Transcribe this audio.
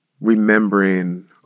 remembering